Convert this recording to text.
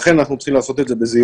לכן אנחנו צריכים לעשות את זה בזהירות